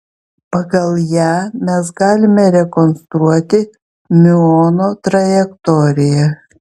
pagal ją mes galime rekonstruoti miuono trajektoriją